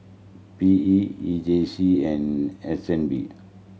P E E J C and S N B